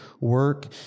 work